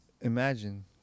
imagine